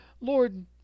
Lord